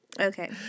Okay